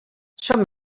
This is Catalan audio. som